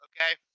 okay